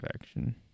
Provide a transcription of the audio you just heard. action